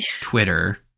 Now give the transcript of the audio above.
Twitter